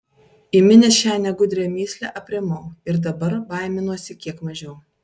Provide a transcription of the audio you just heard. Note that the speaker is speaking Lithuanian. įminęs šią negudrią mįslę aprimau ir dabar baiminuosi kiek mažiau